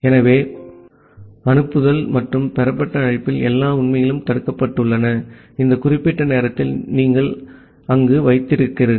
ஆகவே அனுப்புதல் மற்றும் பெறப்பட்ட அழைப்பில் எல்லாம் உண்மையில் தடுக்கப்பட்டுள்ளன இந்த குறிப்பிட்ட நேரத்தில் நீங்கள் அங்கு வைத்திருக்கிறீர்கள்